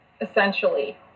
essentially